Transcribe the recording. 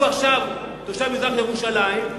הוא עכשיו תושב מזרח-ירושלים,